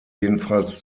jedenfalls